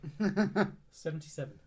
77